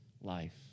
life